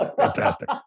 fantastic